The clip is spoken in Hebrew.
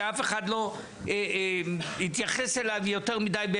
שאף אחד לא התייחס אליו יותר מדי ב